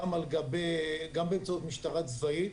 גם באמצעות משטרה צבאית,